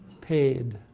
paid